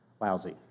lousy